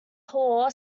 hall